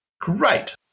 Great